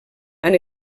han